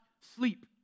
sleep